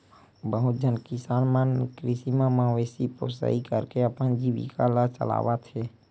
बहुत झन किसान मन कृषि म मवेशी पोसई करके अपन जीविका ल चलावत हे